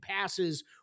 passes